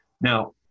Now